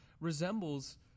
resembles